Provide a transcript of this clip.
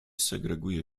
segreguję